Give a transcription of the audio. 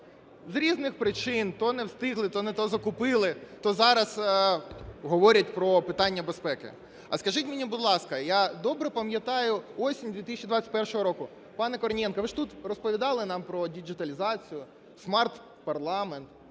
з різних причин: то не встигли, то не те закупили, то зараз говорять про питання безпеки. А скажіть мені, будь ласка, я добре пам'ятаю осінь 2021 року, пане Корнієнко, ви ж тут розповідали нам про діджиталізацію, смарт-парламент.